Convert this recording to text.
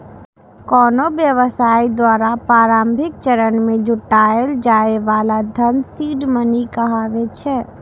कोनो व्यवसाय द्वारा प्रारंभिक चरण मे जुटायल जाए बला धन सीड मनी कहाबै छै